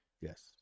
Yes